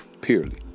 purely